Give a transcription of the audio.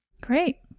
Great